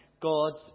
God's